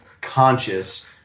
conscious –